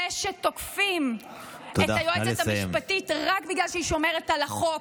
זה שתוקפים את היועצת המשפטית רק בגלל שהיא שומרת על החוק,